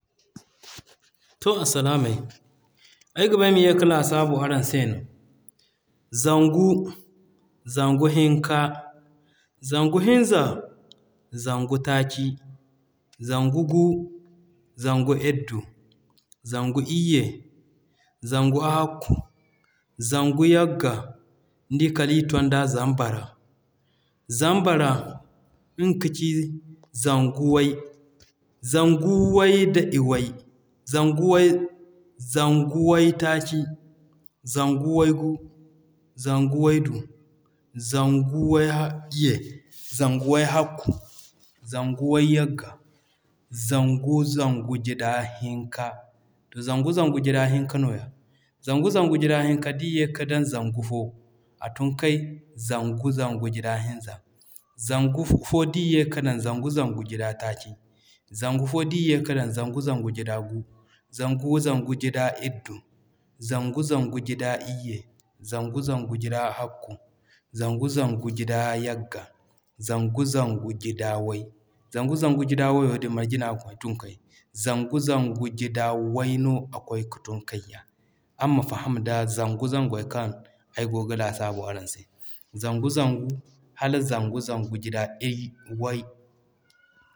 To arsilaamay ayga ba ay ma ye ka laasabu araŋ se no. Zangu, zangu hinka, zangu hinza, zangu taaci, zangu gu, zangu iddu, zangu iyye, zangu hakku, zangu yagga, nidi kala ir to d'a Zambar. Zambar nga kaci zangu way. Zangu way da iway, zangu way, zangu waytaaci, zangu waygu, zangu waydu, zangu wayye, zangu wahakku, zangu wayagga, zangu zangu gida hinka. To zangu zangu gida hinka nooya. Zangu zangu gida hinka d'i ye ka dan zangu fo, a tun kay zangu zangu gida hinza. Zangu fo d'i ye ka dan zangu zangu gida taaci zangu fo d'i ye ka dan zangu zangu gida gu, zangu zangu gida iddu, zangu zangu gida iyye, zangu zangu gida hakku, zangu zangu gida yagga, zangu zangu gida way. Zangu zangu gida wayo din marje no aga kwaay tun kay? Zangu zangu gida way no a kwaay ka tun ya. Araŋ ma faham da zangu zangey kaŋ ay goo ga lasaabu araŋ se. Zangu zangu hala zangu zangu gida way.